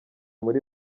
kuri